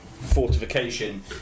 fortification